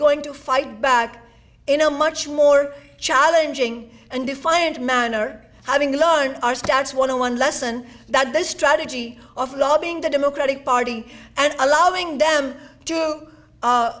going to fight back in a much more challenging and defiant manner having learned our stance one on one lesson that the strategy of lobbying the democratic party and allowing them to